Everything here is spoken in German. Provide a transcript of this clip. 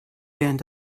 während